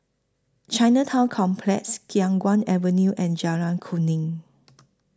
Chinatown Complex Khiang Guan Avenue and Jalan Kuning